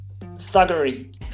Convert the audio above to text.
Thuggery